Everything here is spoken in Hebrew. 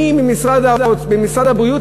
מי במשרד הבריאות,